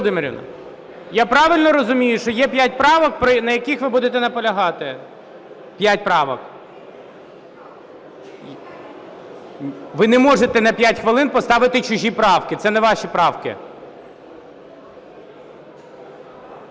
Володимирівна, я правильно розумію, що є п'ять правок, на яких ви будете наполягати, п'ять правок? Ви не можете на 5 хвилин поставити чужі правки, це не ваші правки.